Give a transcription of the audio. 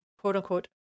quote-unquote